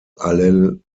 allel